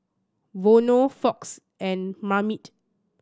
Vono Fox and Marmite